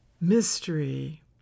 mystery